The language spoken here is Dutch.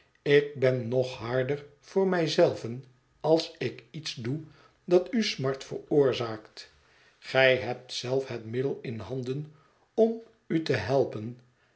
ik ben nog harder voor mij zelven als ik iets doe dat u smart veroorzaakt gij hebt zelf het middel in handen om u te helpen